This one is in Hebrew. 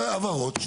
בהבהרות,